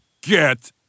Get